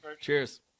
Cheers